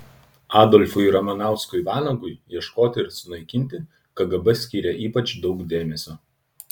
adolfui ramanauskui vanagui ieškoti ir sunaikinti kgb skyrė ypač daug dėmesio